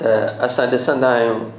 त असां ॾिसंदा आहियूं